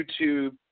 YouTube